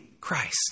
Christ